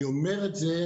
אני אומר את זה,